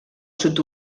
sud